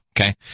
okay